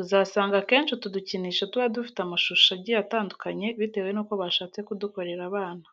Uzasanga akenshi utu dukinisho tuba dufite amashushusho agiye atandukanye bitewe n'uko bashatse kudukorera abana.